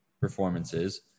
performances